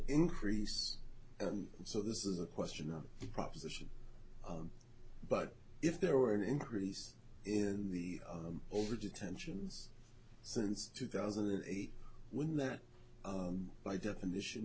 increase so this is a question of proposition but if there were an increase in the over detentions since two thousand and eight when that by definition